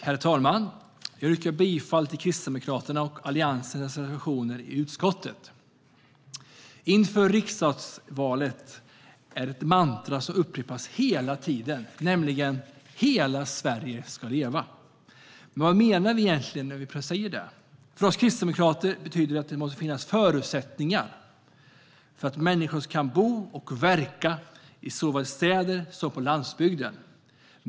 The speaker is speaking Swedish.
Herr talman! Jag yrkar bifall till Kristdemokraternas och Alliansens reservationer i betänkandet. Inför riksdagsvalen är det ett mantra som upprepas hela tiden, nämligen: Hela Sverige ska leva. Men vad menar vi egentligen när vi säger det? För oss kristdemokrater betyder det att det måste finnas förutsättningar för att människor ska kunna bo och verka såväl i städer som på landsbygden.